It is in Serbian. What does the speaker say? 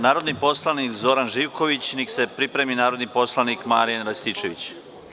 Narodni poslanik Zoran Živković, a neka se pripremi narodni poslanik Marijan Rističević.